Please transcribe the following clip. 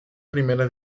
primera